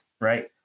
right